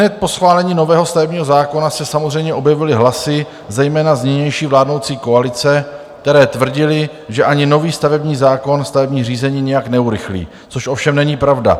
Ihned po schválení nového stavebního zákona se samozřejmě objevily hlasy, zejména z nynější vládnoucí koalice, které tvrdily, že ani nový stavební zákon stavební řízení nijak neurychlí, což ovšem není pravda.